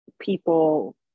people